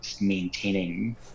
maintaining